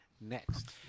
next